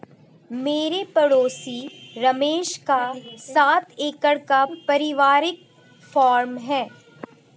मेरे पड़ोसी रमेश का सात एकड़ का परिवारिक फॉर्म है